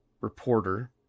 reporter